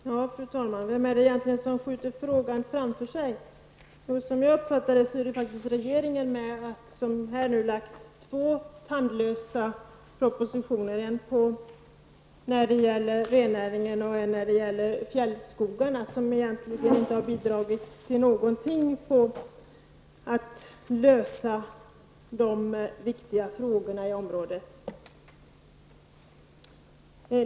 Fru talman! Vem är det egentligen som skjuter frågan framför sig? Som jag uppfattar det är det regeringen, som här nu lagt två tandlösa propositioner, en om rennäringen och en om fjällskogarna, propositioner som egentligen inte bidragit någonting till att lösa de viktiga frågorna i området.